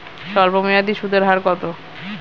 স্বল্পমেয়াদী সুদের হার কত?